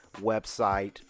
website